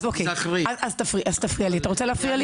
אז תפריע לי, אתה רוצה להפריע לי?